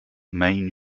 main